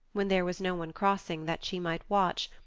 when there was no one crossing that she might watch,